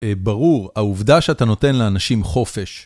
ברור, העובדה שאתה נותן לאנשים חופש